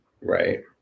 right